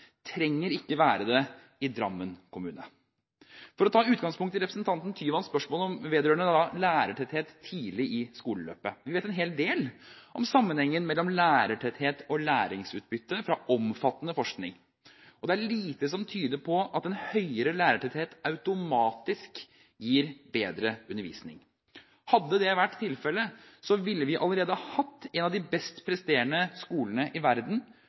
trenger ikke å være det i Drammen kommune. For å ta utgangspunkt i representanten Tyvands spørsmål vedrørende lærertetthet tidlig i skoleløpet: Vi vet en hel del om sammenhengen mellom lærertetthet og læringsutbytte fra omfattende forskning, og det er lite som tyder på at høyere lærertetthet automatisk gir bedre undervisning. Hadde det vært tilfellet, ville vi allerede hatt en av de best presterende skolene i verden